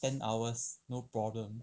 ten hours no problem